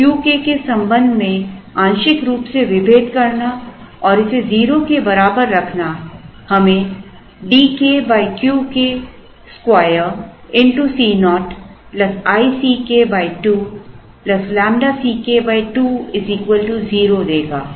तो Qk के संबंध में आंशिक रूप से विभेद करना और इसे 0 के बराबर रखना हमें Dk Qk 2 Co i Ck 2 ƛ Ck 2 0 देगा